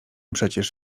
przecież